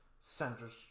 centers